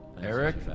Eric